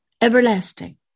everlasting